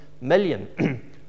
million